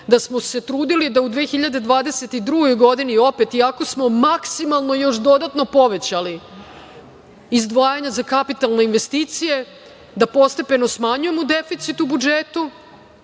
da smo se trudili da u 2022. godini opet, iako smo maksimalno još dodatno povećali izdvajanja za kapitalne investicije, postepeno smanjujemo deficit u budžetu